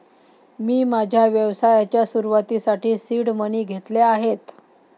मी माझ्या व्यवसायाच्या सुरुवातीसाठी सीड मनी घेतले आहेत